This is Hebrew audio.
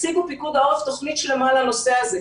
הציגו בפיקוד העורף תוכנית שלמה לנושא הזה.